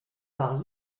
par